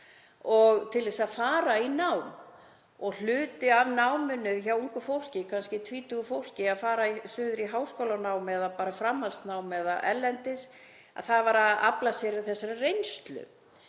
upp til þess að fara í nám og hluti af náminu hjá ungu fólki, kannski tvítugu fólki, að fara suður í háskólanám eða framhaldsnám eða erlendis, var að afla sér þessarar reynslu